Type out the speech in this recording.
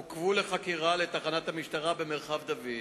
עוכבו לחקירה בתחנת המשטרה במרחב דוד,